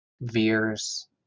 veers